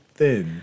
thin